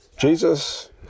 Jesus